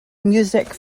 music